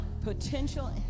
Potential